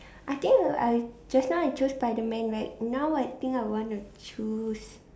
I think I just now I chose by the man right now I think I want to choose